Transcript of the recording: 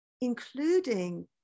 including